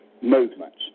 movements